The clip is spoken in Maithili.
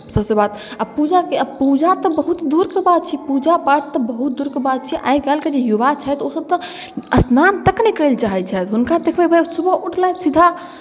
सभसँ बात आ पूजाके आ पूजा तऽ बहुत दूरके बात छै पूजा पाठ तऽ बहुत दूरके बात छै आइ काल्हिके जे युवा छथि ओसभ तऽ स्नान तक नहि करय लए चाहैत छथि हुनका देखबै सुबह उठलथि आ सीधा